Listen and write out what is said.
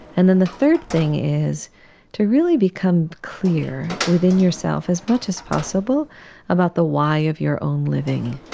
and then the third thing is to really become clear within yourself as much as possible about the why of your own living.